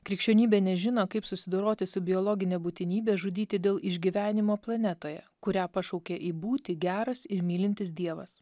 krikščionybė nežino kaip susidoroti su biologine būtinybe žudyti dėl išgyvenimo planetoje kurią pašaukė į būti geras ir mylintis dievas